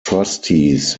trustees